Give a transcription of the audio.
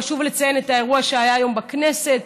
חשוב לציין את האירוע שהיה היום בכנסת,